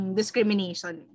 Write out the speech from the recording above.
discrimination